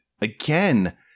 again